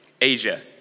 Asia